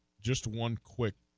just one quick